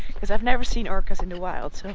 because i've never seen orcas in the wild so